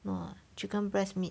no lah chicken breast meat